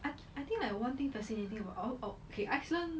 I I think like one thing fascinating about oh okay iceland